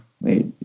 wait